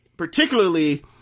Particularly